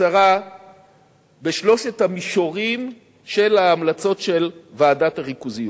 בקצרה בשלושת המישורים של המלצות ועדת הריכוזיות.